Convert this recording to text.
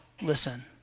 listen